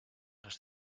las